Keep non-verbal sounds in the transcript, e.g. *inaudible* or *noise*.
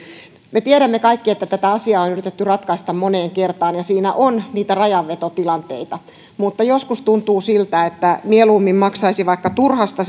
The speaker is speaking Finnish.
me tiedämme kaikki että tätä asiaa on on yritetty ratkaista moneen kertaan ja siinä on niitä rajanvetotilanteita mutta joskus tuntuu siltä että mieluummin maksaisi vaikka turhasta *unintelligible*